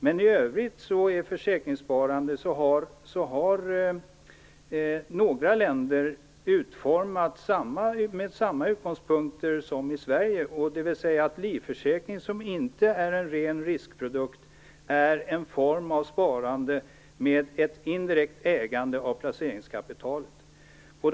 Men i övrigt har några länder utformat försäkringssparandet med samma utgångspunkter som vi i Sverige, dvs. att livförsäkring som inte är en ren riskprodukt är en form av sparande med ett indirekt ägande av placeringskapitalet.